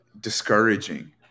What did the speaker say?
discouraging